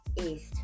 East